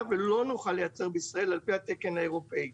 ולא נוכל לייצר בישראל על פי התקן האירופאי.